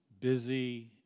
busy